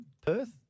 Perth